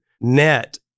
net